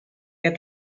get